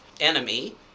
enemy